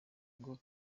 ngo